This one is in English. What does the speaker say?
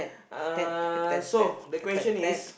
uh so the question is